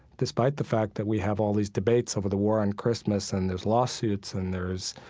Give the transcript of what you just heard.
despite the fact that we have all these debates over the war on christmas and there's lawsuits and there's,